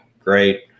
great